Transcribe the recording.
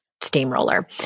steamroller